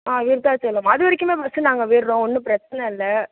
ஆ விருத்தாச்சலம் அதுவரைக்குமே பஸ் நாங்கள் விடுகிறோம் ஒன்றும் பிரச்சனை இல்லை